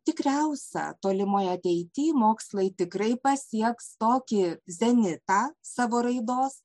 tikriausia tolimoj ateity mokslai tikrai pasieks tokį zenitą savo raidos